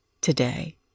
today